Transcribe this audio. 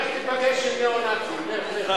לך תיפגש עם ניאו-נאצים, לך,